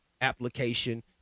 application